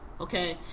Okay